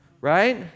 right